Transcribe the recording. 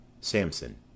Samson